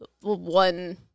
one